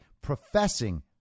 professing